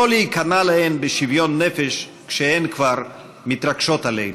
לא להיכנע להן בשוויון נפש כשהן כבר מתרגשות עלינו.